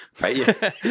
right